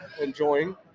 enjoying